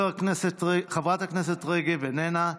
חברת הכנסת רגב, איננה.